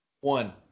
One